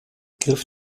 griff